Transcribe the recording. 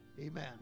amen